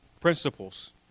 principles